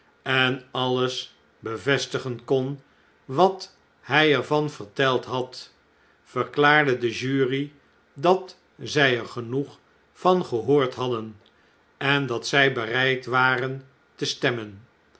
en alles bevestigen kon wat hjj er van verteld had verklaarde de jury dat zij er genoeg van gehoord hadden en dat zij bereid waren te stemmen